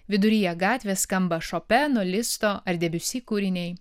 viduryje gatvės skamba šopeno listo ar debiusi kūriniai